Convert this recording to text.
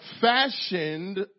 fashioned